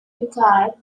required